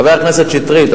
חבר הכנסת שטרית,